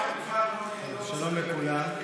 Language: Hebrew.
שלום לכולם.